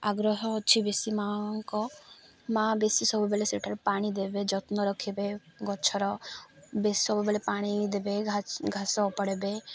ଆଗ୍ରହ ଅଛି ବେଶୀ ମା'ଙ୍କ ମା' ବେଶୀ ସବୁବେଳେ ସେଠାରୁ ପାଣି ଦେବେ ଯତ୍ନ ରଖିବେ ଗଛର ବେସ୍ ସବୁବେଳେ ପାଣି ଦେବେ ଘାସ ଉପାଡ଼ିବେ